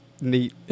Neat